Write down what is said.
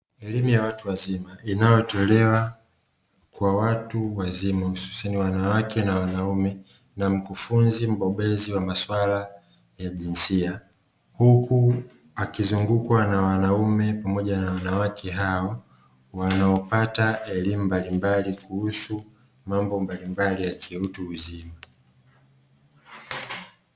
Elimu ya watu wazima inayotolewa kwa watu wazima hususani wanawake na wanaume, na mkufunzi mbobezi wa maswala ya jinsia. Huku akizungukwa na wanaume pamoja na wanawake hao, wanaopata elimu mbalimbali kuhusu mambo mbalimbali ya kiutu uzima.